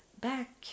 back